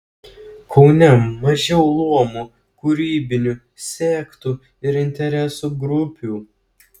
kaune mažiau luomų kūrybinių sektų ir interesų grupių